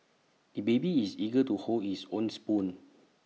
the baby is eager to hold is own spoon